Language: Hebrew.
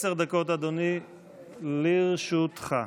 עשר דקות, אדוני, לרשותך.